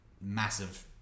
massive